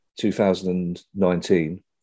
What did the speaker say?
2019